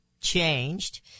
changed